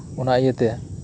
ᱚᱱᱟᱤᱭᱟᱹᱛᱮ